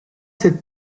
cette